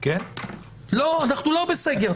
לא, אנחנו לא בסגר.